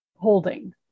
holding